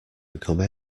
become